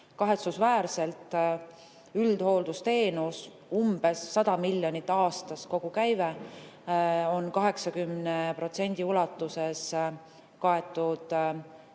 Kahetsusväärselt üldhooldusteenuse, [mis on] umbes 100 miljonit aastas, kogukäive on 80% ulatuses kaetud nii